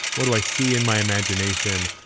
what do i see in my imagination?